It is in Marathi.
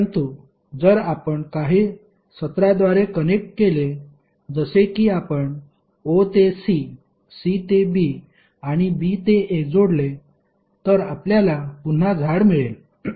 परंतु जर आपण काही सत्राद्वारे कनेक्ट केले जसे की आपण o ते c c ते b आणि b ते a जोडले तर आपल्याला पुन्हा झाड मिळेल